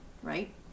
right